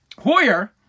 Hoyer